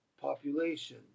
population